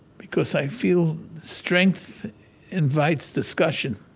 because i feel strength invites discussion